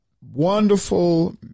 wonderful